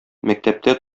мәктәптә